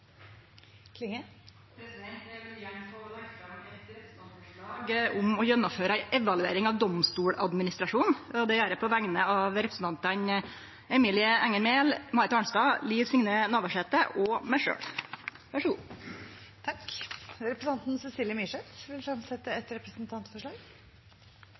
Klinge vil fremsette et representantforslag. Eg vil få leggje fram eit representantforslag om å gjennomføre ei evaluering av Domstoladministrasjonen, og det gjer eg på vegner av representantane Emilie Enger Mehl, Marit Arnstad, Liv Signe Navarsete og meg sjølv. Representanten Cecilie Myrseth vil